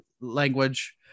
language